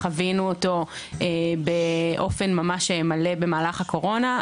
חווינו אותו באופן ממש מלא במהלך הקורונה.